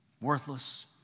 Worthless